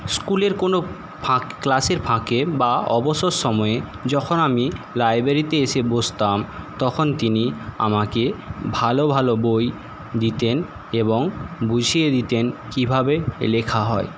স্কুলের কোনো ফাঁক ক্লাসের ফাঁকে বা অবসর সময়ে যখন আমি লাইবেরিতে এসে বসতাম তখন তিনি আমাকে ভালো ভালো বই দিতেন এবং বুঝিয়ে দিতেন কিভাবে লেখা হয়